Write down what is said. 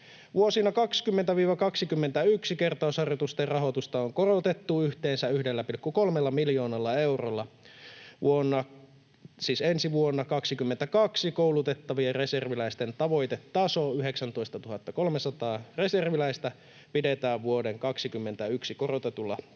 Vuosina 20—21 kertausharjoitusten rahoitusta on korotettu yhteensä 1,3 miljoonalla eurolla. Ensi vuonna, 22, koulutettavien reserviläisten tavoitetaso 19 300 reserviläistä pidetään vuoden 21 korotetulla tasolla,